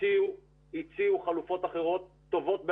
הציעו חלופות אחרות טובות בהרבה,